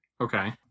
Okay